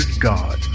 God